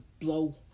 blow